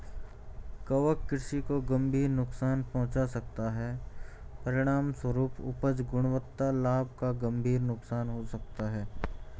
कवक कृषि को गंभीर नुकसान पहुंचा सकता है, परिणामस्वरूप उपज, गुणवत्ता, लाभ का गंभीर नुकसान हो सकता है